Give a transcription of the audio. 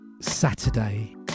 Saturday